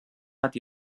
hat